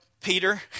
Peter